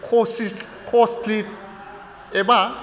खसिस कसलि एबा